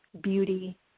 beauty